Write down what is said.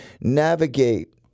navigate